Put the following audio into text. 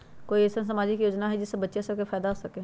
कोई अईसन सामाजिक योजना हई जे से बच्चियां सब के फायदा हो सके?